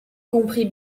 comprit